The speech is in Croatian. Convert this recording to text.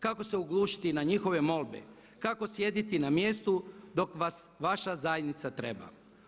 Kako se oglušiti na njihove molbe, kako sjediti na mjestu dok vas vaša zajednica treba?